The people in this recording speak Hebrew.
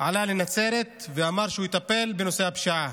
עלה לנצרת, ואמר שהוא יטפל בנושא הפשיעה,